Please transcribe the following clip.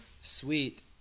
sweet